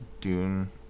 Dune